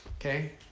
okay